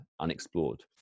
unexplored